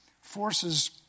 forces